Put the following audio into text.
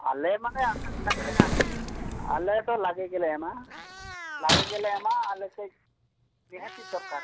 ᱟᱞᱮ ᱢᱟᱞᱮ ᱟᱥᱟᱜ ᱠᱟᱱ ᱜᱮᱭᱟ ᱟᱞᱮ ᱫᱚ ᱞᱟᱸᱜᱮ ᱜᱮᱞᱮ ᱮᱢᱟ ᱞᱟᱸᱜᱮ ᱜᱮᱞᱮ ᱮᱢᱟ ᱟᱞᱮ ᱥᱮᱫ ᱱᱤᱦᱟᱹᱛᱤ ᱫᱚᱨᱠᱟᱨ